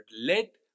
let